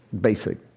Basic